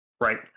Right